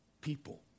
people